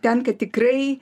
tenka tikrai